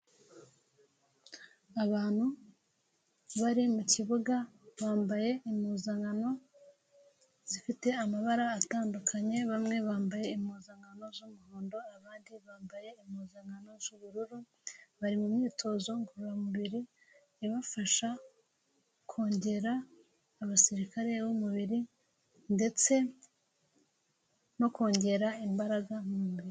Abantu bari mu kibuga bambaye impuzankano zifite amabara atandukanye, bamwe bambaye impuzankano z'umuhondo abandi bambaye impuzankano z'ubururu bari mu myitozo ngororamubiri ibafasha kongera abasirikare b'umubiri ndetse no kongera imbaraga mu mubiri.